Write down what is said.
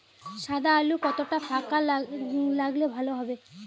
সাদা আলু কতটা ফাকা লাগলে ভালো হবে?